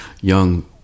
young